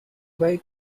why